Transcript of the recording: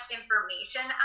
information